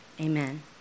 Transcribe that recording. Amen